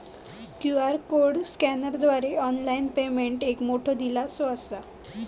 QR code स्कॅनरद्वारा online payment एक मोठो दिलासो असा